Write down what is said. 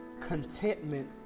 contentment